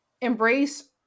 embrace